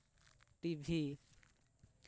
TV